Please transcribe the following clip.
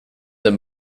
the